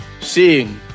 seeing